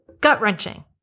gut-wrenching